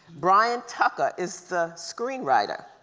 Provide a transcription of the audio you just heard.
bryan tucker is the screenwriter.